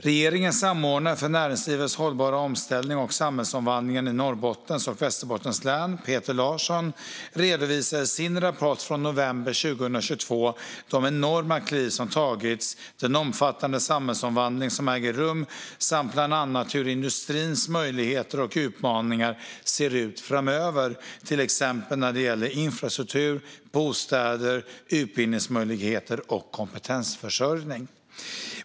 Regeringens samordnare för näringslivets hållbara omställning och samhällsomvandlingen i Norrbottens och Västerbottens län, Peter Larsson, redovisar i sin rapport från november 2022 de enorma kliv som tagits, den omfattande samhällsomvandling som äger rum samt bland annat hur industrins möjligheter och utmaningar ser ut framöver till exempel när det gäller infrastruktur, bostäder, utbildningsmöjligheter och kompetensförsörjning.